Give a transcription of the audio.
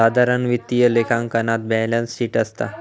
साधारण वित्तीय लेखांकनात बॅलेंस शीट असता